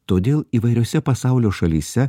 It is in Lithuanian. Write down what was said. todėl įvairiose pasaulio šalyse